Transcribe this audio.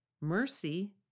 mercy